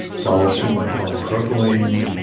followed soon by polypropylene,